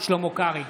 שלמה קרעי,